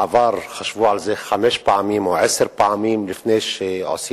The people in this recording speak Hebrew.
בעבר חשבו חמש פעמים או עשר פעמים לפני שעשו